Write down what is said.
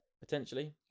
potentially